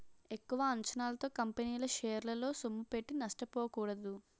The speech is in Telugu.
ఎక్కువ అంచనాలతో కంపెనీల షేరల్లో సొమ్ముపెట్టి నష్టపోకూడదు